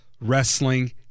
wrestling